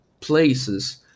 places